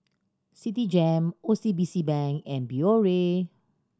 Citigem O C B C Bank and Biore